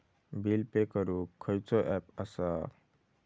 Bill pay करूक खैचो app असा?